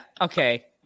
okay